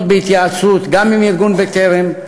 בהתייעצות גם עם ארגון "בטרם",